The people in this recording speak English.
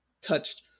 touched